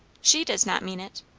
she does not mean it.